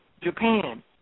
Japan